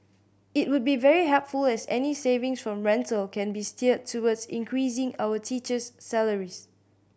it would be very helpful as any savings from rental can be steered towards increasing our teacher's salaries